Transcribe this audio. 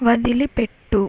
వదిలిపెట్టు